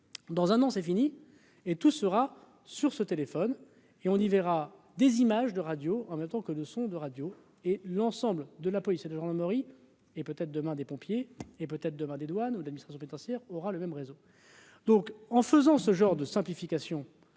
dans un an, c'est fini et tout sera sur ce téléphone et on y verra des images de radio en même temps que le son de radio et l'ensemble de la police et de gendarmerie et peut-être demain des pompiers et peut-être demain des douanes ou admiration pénitentiaire aura le même réseau donc en faisant ce genre de simplification